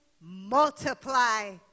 multiply